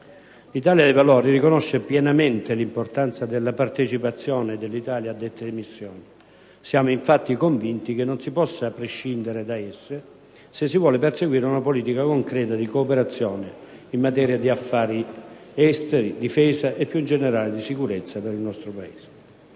L'Italia dei Valori riconosce pienamente l'importanza della partecipazione dell'Italia a dette missioni: siamo, infatti, convinti che non si possa prescindere da esse se si vuole perseguire una politica concreta di cooperazione in materia di affari esteri, difesa e più in generale di sicurezza per il nostro Paese.